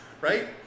right